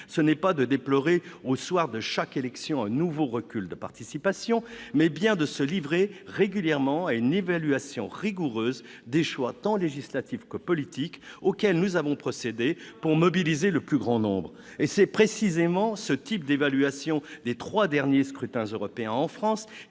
ce n'est pas de déplorer, au soir de chaque élection, un nouveau recul de la participation, mais bien de se livrer régulièrement à une évaluation rigoureuse des choix, tant législatifs que politiques, auxquels nous avons procédé pour mobiliser le plus grand nombre. C'est précisément ce type d'évaluation des trois derniers scrutins européens en France